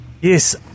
yes